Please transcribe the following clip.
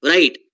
Right